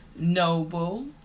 Noble